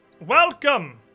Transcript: Welcome